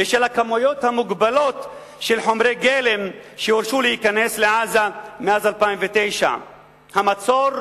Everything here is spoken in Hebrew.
בשל הכמויות המוגבלות של חומרי גלם שהרשו להכניס לעזה מאז 2009. המצור,